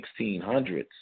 1600s